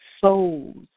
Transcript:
souls